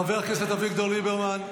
חבר הכנסת אביגדור ליברמן,